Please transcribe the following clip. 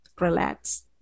relax